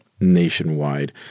nationwide